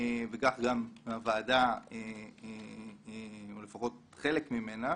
וכך גם הוועדה, או לפחות חלק ממנה